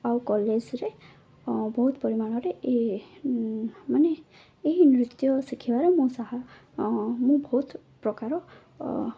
ଆଉ କଲେଜରେ ବହୁତ ପରିମାଣରେ ଏ ମାନେ ଏହି ନୃତ୍ୟ ଶିଖିବାର ମୁଁ ସାହା ମୁଁ ବହୁତ ପ୍ରକାର